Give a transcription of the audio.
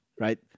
Right